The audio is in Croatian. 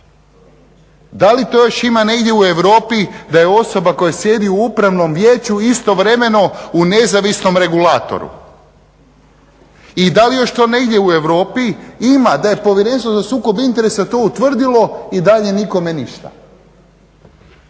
Da li to još ima negdje u Europi da je osoba koja sjedi u Upravnom vijeću istovremeno u nezavisnom regulatoru. I da li još to negdje u Europi ima da je Povjerenstvo za sukob interesa to utvrdilo i dalje nikome ništa.